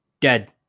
dead